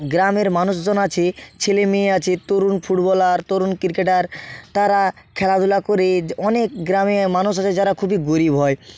গ্রামের মানুষজন আছে ছেলে মেয়ে আছে তরুণ ফুটবলার তরুণ ক্রিকেটার তারা খেলাধুলা করে অনেক গ্রামের মানুষ আছে যারা খুবই গরীব হয়